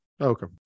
okay